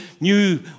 new